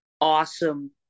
awesome